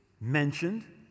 mentioned